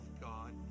God